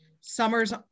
summer's